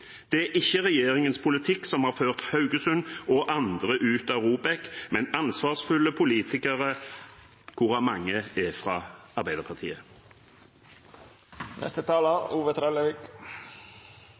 Det er ikke regjeringens politikk som har ført Haugesund og andre ut av ROBEK, men ansvarsfulle politikere, hvorav mange er fra